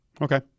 Okay